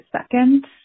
second